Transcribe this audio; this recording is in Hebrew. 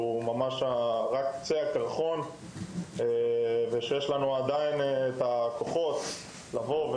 זה הוא רק קצה הקרחון ושמחים על כך שעדיין יש בנו את הכוחות לבוא,